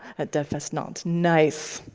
at devfest nantes. nice.